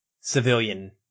civilian